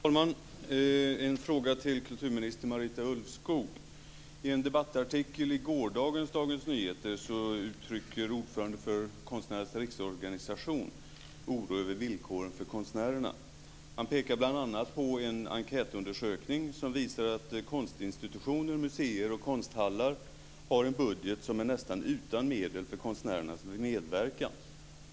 Fru talman! En fråga till kulturminister Marita I en debattartikel i gårdagens Dagens Nyheter uttrycker ordföranden för Konstnärernas riksorganisation oro över villkoren för konstnärerna. Han pekar bl.a. på en enkätundersökning som visar att konstinstitutioner, museer och konsthallar har en budget som nästan är utan medel för konstnärernas medverkan.